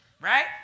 Right